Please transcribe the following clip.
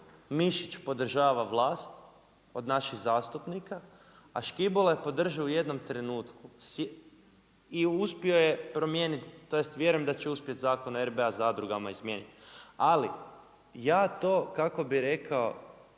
Mišić podržava vlast od naših zastupnika, a Škibola je podržao u jednom trenutku i uspio je promijenit, tj. vjerujem da će uspjeti Zakon o RBA zadrugama izmijeniti. Ali ja to kako bih rekao,